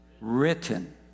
written